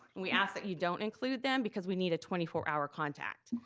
we ask that you don't include them, because we need a twenty four hour contact,